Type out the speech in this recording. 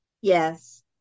Yes